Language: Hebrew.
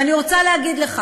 ואני רוצה להגיד לך